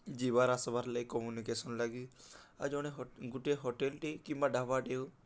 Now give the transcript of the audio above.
ଯିବାର୍ ଆସ୍ବାର୍ ଲାଗି କମ୍ୟୁନିକେସନ୍ ଲାଗି ଆର୍ ଜଣେ ଗୁଟେ ହୋଟେଲ୍ଟେ କି ଢ଼ାବାଟେ ହେଉ